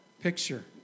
picture